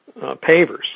pavers